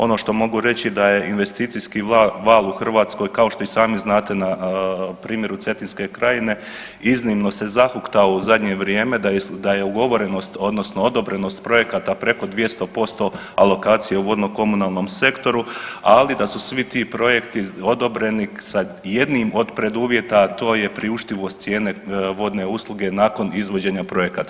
Ono što mogu reći je da je investicijski val u Hrvatskoj, kao što i sami znate, na primjeru Cetinske krajine, iznimno se zahuktao u zadnje vrijeme, da je ugovorenost, odnosno odobrenost projekata preko 200% alokacije u vodno-komunalnom sektoru, ali da su svi ti projekti odobreni sa jednim od preduvjeta, a to je priuštivost cijene vodne usluge nakon izvođenja projekata.